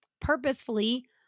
purposefully